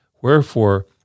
Wherefore